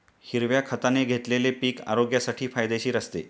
हिरव्या खताने घेतलेले पीक आरोग्यासाठी फायदेशीर असते